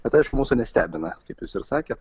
bet aš mūsų nestebina kaip jis ir sakėt